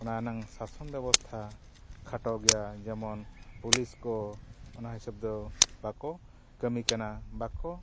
ᱚᱱᱟ ᱨᱮᱱᱟᱜ ᱥᱟᱥᱚᱱ ᱵᱮᱵᱚᱥᱛᱷᱟ ᱠᱷᱟᱴᱚ ᱜᱮᱭᱟ ᱡᱮᱢᱚᱱ ᱯᱩᱞᱤᱥ ᱠᱚ ᱚᱱᱟ ᱦᱤᱥᱟᱹᱵᱽ ᱫᱚ ᱵᱟᱠᱚ ᱠᱟᱹᱢᱤ ᱠᱟᱱᱟ ᱵᱟᱠᱚ